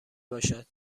باشد